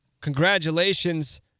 congratulations